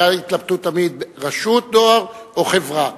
היתה התלבטות תמיד, רשות דואר או חברה.